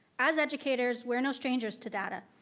as educators, we're no strangers to data.